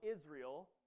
Israel